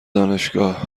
دانشگاه